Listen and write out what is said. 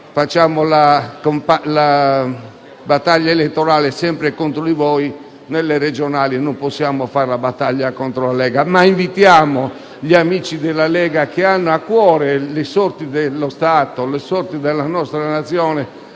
facciamo sempre la battaglia elettorale contro di voi nelle regionali non possiamo fare una battaglia contro la Lega). Invitiamo, però, gli amici della Lega che hanno a cuore le sorti dello Stato, le sorti della nostra Nazione,